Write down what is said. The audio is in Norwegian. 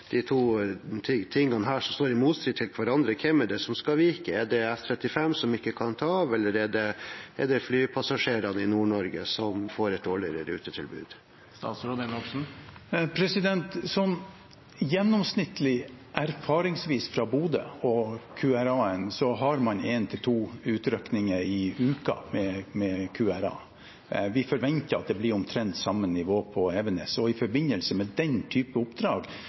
De skal kunne ta av på kort varsel ved behov. Samtidig er Evenes en viktig regional lufthavn, og vi må forutsette at den sivile lufttrafikken må ha forrang. I tilfelle disse to tingene som står i motstrid til hverandre, ikke lar seg løse: Hva skal vike? Er det F35, som ikke kan ta av, eller er det flypassasjerene i Nord-Norge, som får et dårligere rutetilbud? Erfaringsvis fra Bodø og med QRA har man gjennomsnittlig én til to utrykninger i uken. Vi forventer at det blir omtrent